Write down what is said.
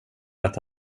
att